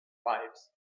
lives